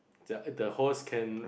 the horse can